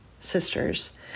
sisters